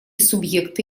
субъекты